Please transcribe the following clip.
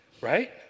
Right